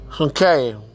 Okay